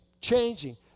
changing